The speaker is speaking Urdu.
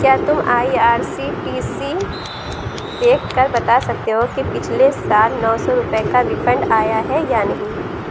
کیا تم I R C T C دیکھ کر بتا سکتے ہو کہ پچھلے سال نو سو روپئے کا ریفنڈ آیا ہے یا نہیں